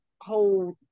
whole